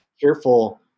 careful